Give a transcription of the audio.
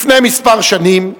לפני שנים מספר,